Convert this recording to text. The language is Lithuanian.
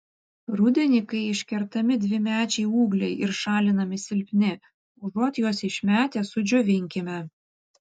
rudenį kai iškertami dvimečiai ūgliai ir šalinami silpni užuot juos išmetę sudžiovinkime